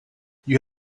you